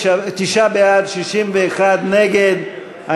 59 בעד, 61 נגד.